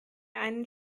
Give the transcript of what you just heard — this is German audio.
einen